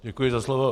Děkuji za slovo.